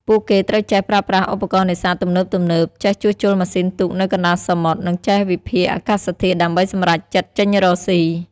ពួកគេត្រូវចេះប្រើប្រាស់ឧបករណ៍នេសាទទំនើបៗ ចេះជួសជុលម៉ាស៊ីនទូកនៅកណ្ដាលសមុទ្រ និងចេះវិភាគអាកាសធាតុដើម្បីសម្រេចចិត្តចេញរកស៊ី។